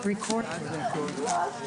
נעולה.